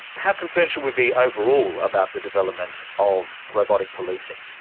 how concerned should we be overall about the development of robotic policing?